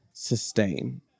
sustain